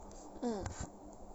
mm